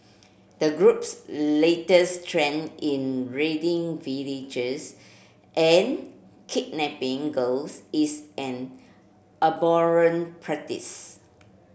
the group's latest trend in raiding villages and kidnapping girls is an abhorrent practice